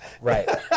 Right